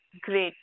great